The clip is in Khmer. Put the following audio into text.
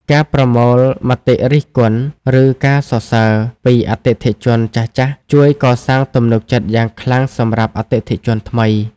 ការប្រមូលមតិរិះគន់ ឬការសរសើរ ពីអតិថិជនចាស់ៗ ជួយកសាងទំនុកចិត្តយ៉ាងខ្លាំងសម្រាប់អតិថិជនថ្មី។